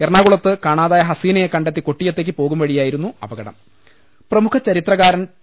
എറണാകുളത്ത് കാണാതായ ഹസീനയെ കണ്ടെത്തി കൊട്ടിയത്തേക്ക് പോകും വഴിയായിരുന്നു അപ്പകടം പ്രമുഖ ചരിത്രകാരൻ ടി